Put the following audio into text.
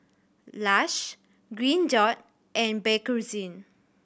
Lush Green Dot and Bakerzin